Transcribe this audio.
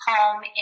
Home